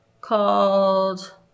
called